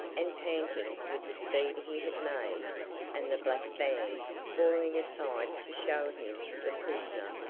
and panting with the speed he had made and the black band, falling aside to show him the prisoner,